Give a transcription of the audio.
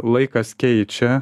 laikas keičia